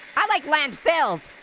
i like land-phils,